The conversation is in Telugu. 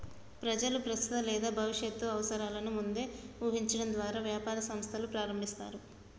ప్రజలు ప్రస్తుత లేదా భవిష్యత్తు అవసరాలను ముందే ఊహించడం ద్వారా వ్యాపార సంస్థలు ప్రారంభిస్తారు